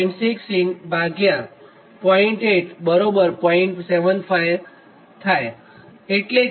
8 છેતેથી sin𝜑0